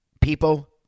people